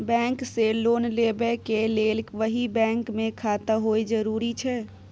Bank से loan लेबै के लेल वही बैंक मे खाता होय जरुरी छै?